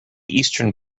eastern